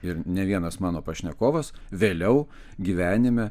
ir ne vienas mano pašnekovas vėliau gyvenime